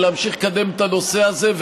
ולהמשיך לקדם את הנושא הזה,